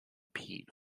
pete